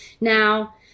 Now